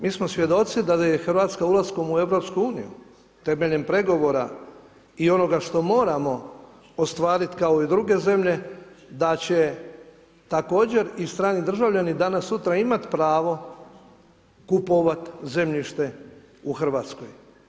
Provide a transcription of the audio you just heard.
Mi smo svjedoci da je Hrvatska ulaskom u Europsku uniju temeljem pregovora i onoga što moramo ostvariti kao i druge zemlje da će također i strani državljani danas-sutra imati pravo kupovati zemljište u Hrvatskoj.